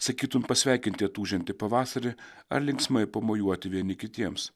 sakytum pasveikinti atūžiantį pavasarį ar linksmai pamojuoti vieni kitiems